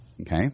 Okay